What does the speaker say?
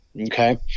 okay